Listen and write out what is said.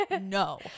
No